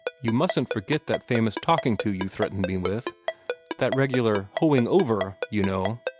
you mustn't forget that famous talking-to you threatened me with that regular hoeing-over you know,